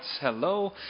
Hello